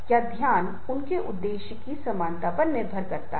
ऐसे नेता के बारे में सोचना मुश्किल है जो दूसरों को प्रेरित नहीं करता है